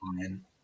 fine